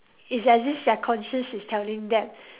it's as if their conscious is telling them